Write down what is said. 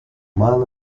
man